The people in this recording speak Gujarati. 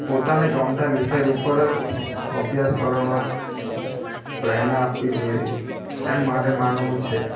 પોતાને ગમતા વિષય ઉપર જ અભ્યાસ કરવા પ્રેરણા આપવી જોઈએ એમ મારે માનવું છે